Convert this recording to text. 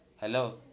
Hello